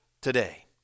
today